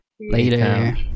Later